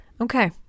okay